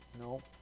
No